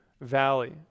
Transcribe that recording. valley